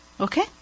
Okay